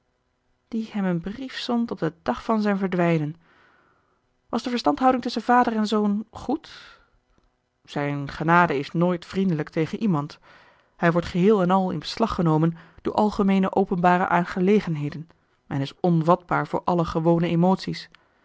die hem een brief zond op den dag van zijn verdwijnen was de verstandhouding tusschen vader en zoon goed zijne genade is nooit vriendelijk tegen iemand hij wordt geheel en al in beslag genomen door algemeene openbare aangelegenheden en is onvatbaar voor alle gewone emoties